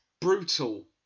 brutal